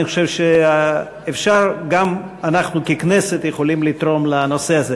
אני חושב שגם אנחנו ככנסת יכולים לתרום לנושא הזה.